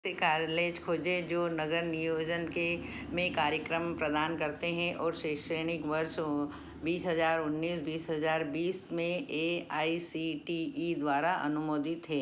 से कालेज खोजें जो नगर नियोजन के में कार्यक्रम प्रदान करते हैं और शैक्षणिक वर्षों बीस हज़ार उन्नीस बीस हज़ार बीस में A I C T E द्वारा अनुमोदित है